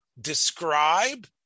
describe